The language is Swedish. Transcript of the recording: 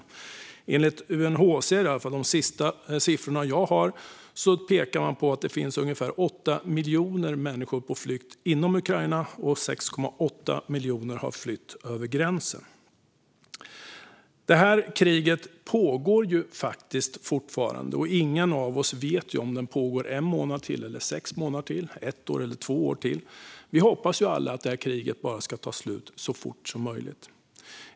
UNHCR pekar i sina senaste siffror - det är i alla fall de sista siffror som jag har - på att det finns ungefär 8 miljoner människor på flykt inom Ukraina, medan 6,8 miljoner har flytt över gränsen. Det här kriget pågår fortfarande, och ingen av oss vet ju om det pågår en månad eller sex månader till, ett år till eller två. Vi hoppas alla att kriget bara ska ta slut så fort som möjligt.